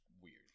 weird